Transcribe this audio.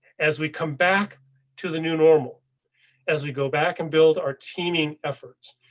as we come back to the new normal as we go back and build our teaming efforts.